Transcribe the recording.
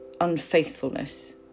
unfaithfulness